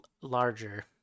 larger